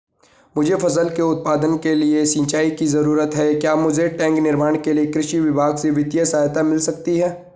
मुझे फसल के उत्पादन के लिए सिंचाई की जरूरत है क्या मुझे टैंक निर्माण के लिए कृषि विभाग से वित्तीय सहायता मिल सकती है?